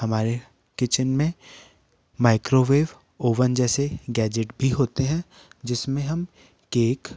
हमारे किचेन में microwave oven जैसे गैजेट भी होते हैं जिसमें हम केक